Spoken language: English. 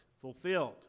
fulfilled